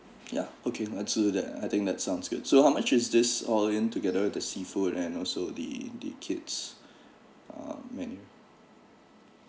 ya okay let's do that I think that sounds good so how much is this all in together with the seafood and also the the kids ah I mean